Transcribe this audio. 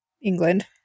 England